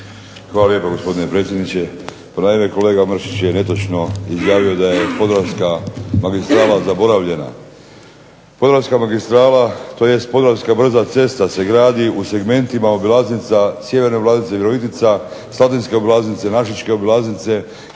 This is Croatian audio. Hvala lijepo gospodine predsjedniče. Pa naime, kolega Mršić je netočno izjavio da je Podravska magistrala zaboravljena. Podravska magistrala, tj. Podravska brza cesta se gradi u segmentima obilaznica, Sjeverne Obilaznice – Virovitica, Slatinske Obilaznice, Našičke Obilaznice i ona će zasigurno